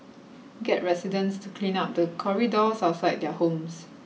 get residents to clean up the corridors outside their homes